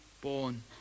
born